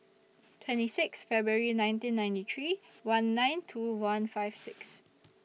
twenty six February nineteen ninety three one nine two one five six